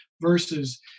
versus